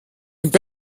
nicht